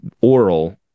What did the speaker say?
oral